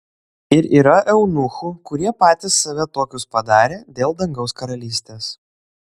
ir yra eunuchų kurie patys save tokius padarė dėl dangaus karalystės